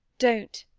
don't,